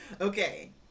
Okay